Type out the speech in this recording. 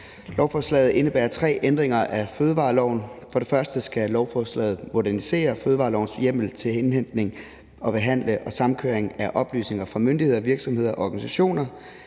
Lovforslaget indebærer tre ændringer af fødevareloven: For det første skal lovforslaget modernisere fødevarelovens hjemmel til indhentning og behandling og samkøring af oplysninger fra myndigheder og virksomheder og organisationer.